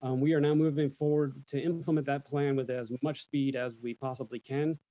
um we are now moving forward to implement that plan with as much speed as we possibly can.